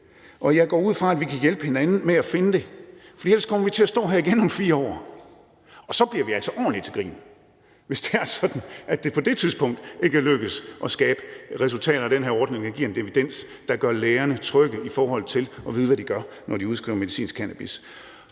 Jeg går ud fra, vi kan hjælpe hinanden med at finde dem, for ellers kommer vi til at stå her igen om 4 år, og vi bliver altså ordentlig til grin, hvis det er sådan, at det på det tidspunkt ikke er lykkedes at skabe resultater i forhold til den her ordning, der giver en evidens, der gør lægerne trygge i forhold til at vide, hvad de gør, når de udskriver medicinsk cannabis.